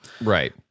Right